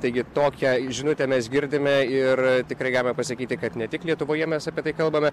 taigi tokią žinutę mes girdime ir tikrai galime pasakyti kad ne tik lietuvoje mes apie tai kalbame